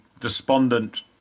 despondent